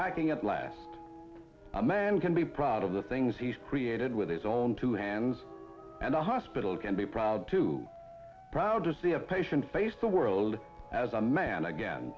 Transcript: packing at last a man can be proud of the things he's created with his own two hands and a hospital can be proud too proud to see a patient face the world as a man again